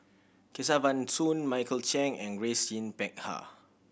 Kesavan Soon Michael Chiang and Grace Yin Peck Ha